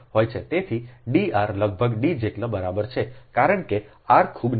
તેથી D r લગભગ D જેટલી બરાબર છે કારણ કે r ખૂબ નાનો છે